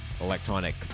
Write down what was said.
electronic